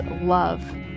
love